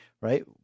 right